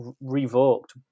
revoked